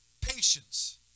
patience